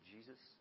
Jesus